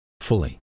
Fully